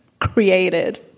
created